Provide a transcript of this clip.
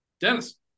Dennis